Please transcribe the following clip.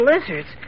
lizards